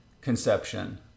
conception